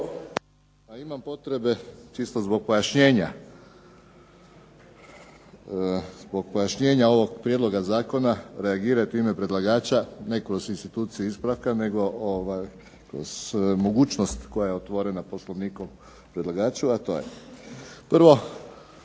Imam potrebe, čisto zbog pojašnjenja ovog prijedloga zakona reagirat u ime predlagača ne kroz instituciju ispravka nego mogućnost koja je otvorena poslovnikom predlagaču, a to je prvo,